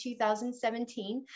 2017